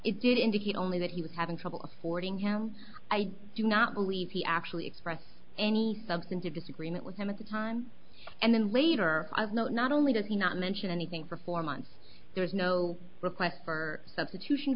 it did indicate only that he was having trouble affording him i do not believe he actually expressed any substantive disagreement with him at the time and then later i've known not only does he not mention anything for four months there's no request for substitution